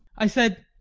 i said